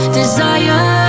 desire